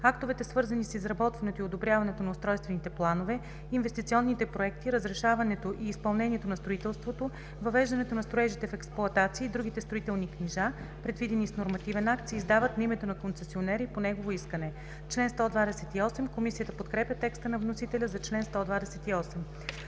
Актовете, свързани с изработването и одобряването на устройствените планове, инвестиционните проекти, разрешаването и изпълнението на строителството, въвеждането на строежите в експлоатация и другите строителни книжа, предвидени с нормативен акт, се издават на името на концесионера и по негово искане.“ Комисията подкрепя текста на вносителя за чл. 128.